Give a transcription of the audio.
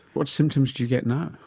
what symptoms do you get now?